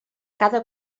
cada